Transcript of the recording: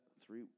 three